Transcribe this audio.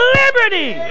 liberty